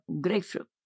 grapefruit